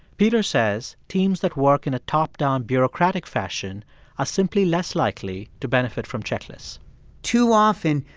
peter says teams that work in a top-down bureaucratic fashion are simply less likely to benefit from checklists too often,